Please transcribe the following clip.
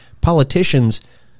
politicians